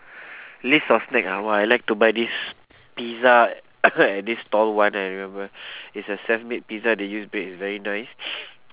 list of snack ah !wah! I like to buy this pizza at this stall one I remember it's a self made pizza they use bread is very nice